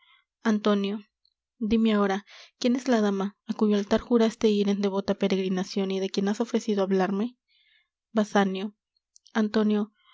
antonio dime ahora quién es la dama á cuyo altar juraste ir en devota peregrinacion y de quien has ofrecido hablarme basanio antonio